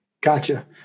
Gotcha